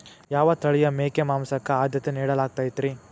ಯಾವ ತಳಿಯ ಮೇಕೆ ಮಾಂಸಕ್ಕ, ಆದ್ಯತೆ ನೇಡಲಾಗತೈತ್ರಿ?